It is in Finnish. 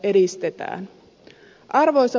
arvoisa puhemies